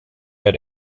had